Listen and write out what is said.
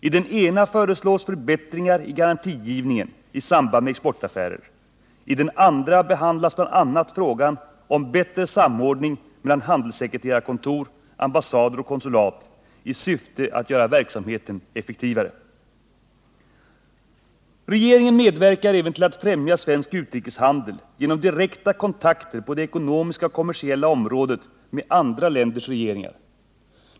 I den ena föreslås förbättringar i garantigivningen i samband med exportaffärer. I den andra behandlas bl.a. frågan om bättre samordning mellan handelssekreterarkontor, ambassader och konsulat i syfte att göra verksamheten effektivare. Regeringen medverkar även till att främja svensk utrikeshandel genom direkta kontakter på det ekonomiska och kommersiella området med andra länders regeringar.